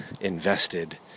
invested